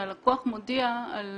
כשהלקוח מודיע על